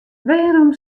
wêrom